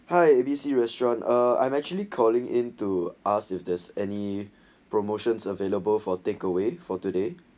hi A B C restaurant uh I'm actually calling in to ask if there's any promotions available for takeaway for today